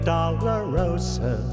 Dolorosa